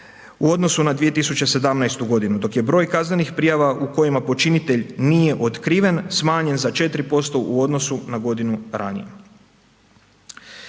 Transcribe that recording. u odnosu na 2017. godinu dok je broj kaznenih prijava u kojima počinitelj nije otkriven, smanjen za 4% u odnosu na godinu ranije.